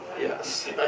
Yes